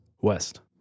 West